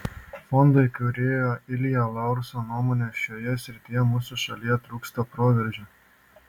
fondo įkūrėjo ilja laurso nuomone šioje srityje mūsų šalyje trūksta proveržio